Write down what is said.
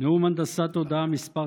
נאום הנדסת תודעה מס'